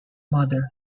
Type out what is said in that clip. mother